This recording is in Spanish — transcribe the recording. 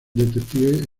detective